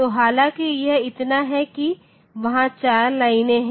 तो हालांकि यह इतना है कि वहाँ 4 लाइनें हैं